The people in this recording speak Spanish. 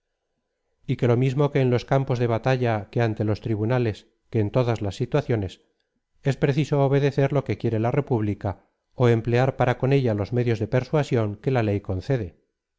lo mismo en los campos de batalla que ante los tribunales que en todas las situaciones es preciso obedecer lo que quiere la república ó emplear para con ella los medios de persuasión que la ley concede